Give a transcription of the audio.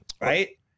right